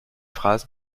phrase